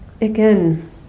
Again